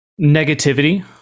negativity